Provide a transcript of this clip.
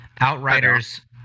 Outriders